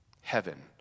heaven